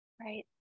Right